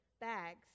bags